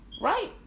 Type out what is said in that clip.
right